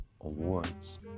Awards